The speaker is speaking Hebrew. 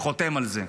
חותם על זה.